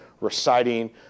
reciting